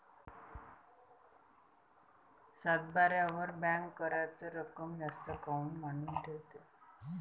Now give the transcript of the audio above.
सातबाऱ्यावर बँक कराच रक्कम जास्त काऊन मांडून ठेवते?